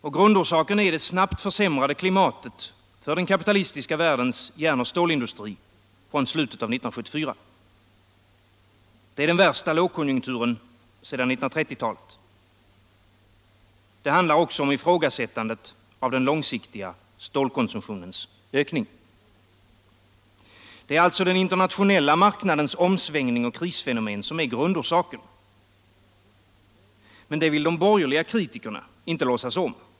Och grundorsaken är det snabbt försämrade klimatet för den kapitalistiska världens järnoch stålindustri från slutet av 1974. Det är den värsta lågkonjunkturen sedan 1930-talet. Det handlar också om ifrågasättandet av stålkonsumtionens ökning på lång sikt. Det är alltså den internationella marknadens omsvängning och krisfenomen som är grundorsaken. Men det vill de borgerliga kritikerna inte låtsas om.